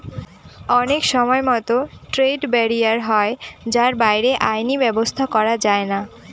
অনেক সময়তো trade barrier হয় যার বাইরে আইনি ব্যাবস্থা করা যায়না